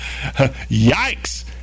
Yikes